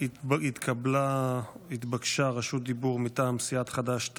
כעת רבים בעולם מבינים מול מי עומדת ישראל.